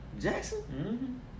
Jackson